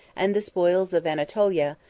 and the spoils of anatolia,